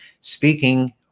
speaking